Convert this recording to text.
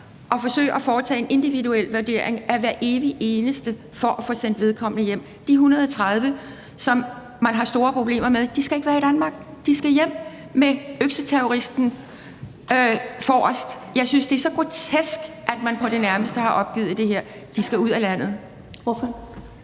at forsøge at foretage en individuel vurdering af hver evig eneste for at få sendt vedkommende hjem. De 130, som man har store problemer med, skal ikke være i Danmark; de skal hjem med økseterroristen forrest. Jeg synes, det er så grotesk, at man på det nærmeste har opgivet det her. De skal ud af landet.